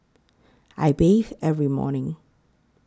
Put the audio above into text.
I bathe every morning